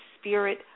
spirit